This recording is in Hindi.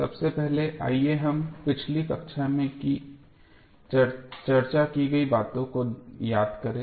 सबसे पहले आइए हम पिछली कक्षा में चर्चा की गई बातों को याद करें